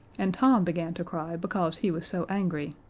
and tom began to cry because he was so angry.